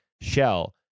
shell